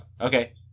Okay